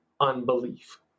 unbelief